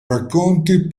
racconti